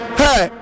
hey